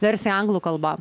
versiją anglų kalba